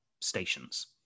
stations